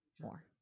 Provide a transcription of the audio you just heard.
more